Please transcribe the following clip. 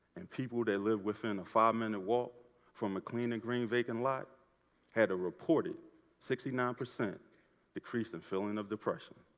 and people that live within a five minute walk from a clean and green vacant lot had a reported sixty nine percent decrease in feeling of depression.